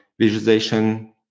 visualization